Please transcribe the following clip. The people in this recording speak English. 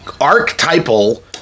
archetypal